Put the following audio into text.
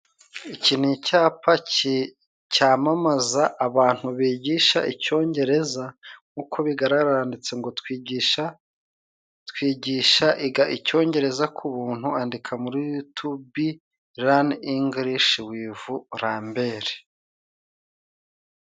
Iki ni icyapa cyi cyamamaza abantu bigisha icyongereza, nkuko bigaragara handitse ngo twigisha twigisha icyongereza ku buntu andika muri yutube rani ingirishi wivu Lamberi.